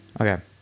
Okay